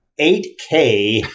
8K